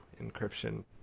encryption